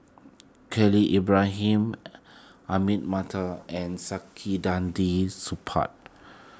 Khalil Ibrahim Ahmad Mattar and Saktiandi Supaat